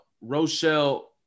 Rochelle